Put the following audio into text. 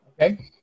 okay